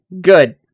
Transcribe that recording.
Good